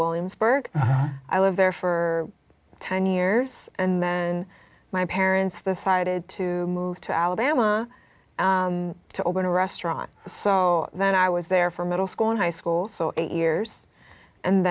williamsburg i lived there for ten years and then my parents the sided to move to alabama to open a restaurant so then i was there for middle school and high school so eight years and